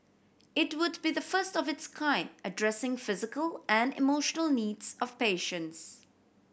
it would be the first of its kind addressing physical and emotional needs of patients